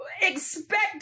expect